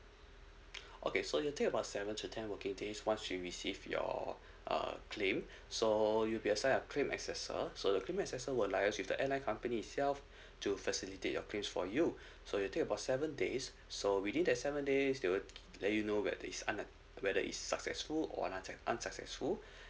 okay so it'll take about seven to ten working days once we receive your uh claim so you'll be assign a claim accessor so the claim accessor will liaise with the airline company itself to facilitate your claim for you so it take about seven days so within that seven days they would let you know whether is un~ whether is successful or uns~ unsuccessful